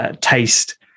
taste